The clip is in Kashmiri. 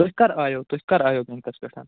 تُہۍ کر آیو تُہۍ کَر آیو بٮ۪نٛکس پٮ۪ٹھ